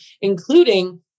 including